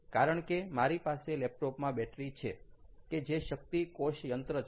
કારણ કે મારી પાસે લેપટોપમાં બેટરી છે કે જે શક્તિ કોષ યંત્ર છે